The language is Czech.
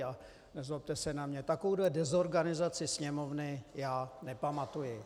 A nezlobte se na mě, ale takovouhle dezorganizaci Sněmovny já nepamatuji.